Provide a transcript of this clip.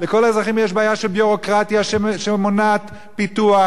לכל האזרחים יש בעיה של ביורוקרטיה שמונעת פיתוח,